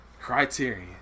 Criterion